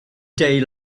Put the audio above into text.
day